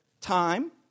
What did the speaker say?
time